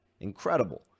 Incredible